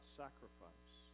sacrifice